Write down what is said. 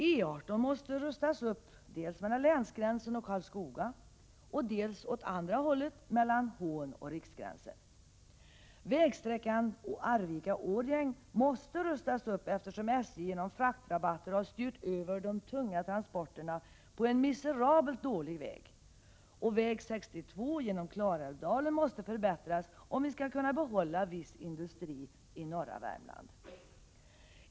E 18 måste rustas upp dels mellan länsgränsen och Karlskoga, dels åt det andra hållet, mellan Hån och riksgränsen. Vägsträckan Arvika-Årjäng måste rustas upp, eftersom SJ genom fraktrabatter har styrt över de tunga transporterna på en miserabelt dålig väg. Vidare måste väg 62 genom Klarälvsdalen förbättras om vi skall kunna behålla viss industri i norra Värmland.